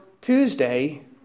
Tuesday